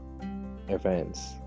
events